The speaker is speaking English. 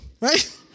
right